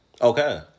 Okay